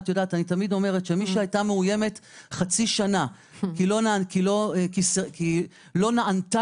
אני תמיד אומרת שמי שהייתה מאוימת חצי שנה כי לא נענתה